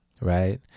Right